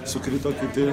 sukrito kiti